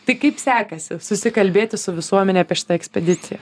tai kaip sekasi susikalbėti su visuomene apie šitą ekspediciją